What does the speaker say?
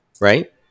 right